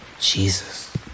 Jesus